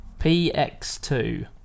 PX2